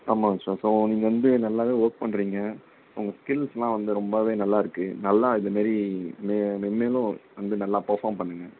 ஆமாங்க sir so நீங்கள் வந்து நல்லாவே ஓர்க் பண்ணுறீங்க உங்கள் ஸ்கில்ஸெலாம் வந்து ரொம்பவே நல்லாயிருக்கு நல்லா இந்த மாரி மெ மேன்மேலும் வந்து நல்லா பேர்ஃபார்ம் பண்ணுங்க